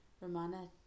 Romana